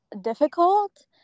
difficult